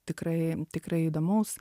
tikrai tikrai įdomaus